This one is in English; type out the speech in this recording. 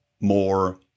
more